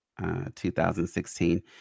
2016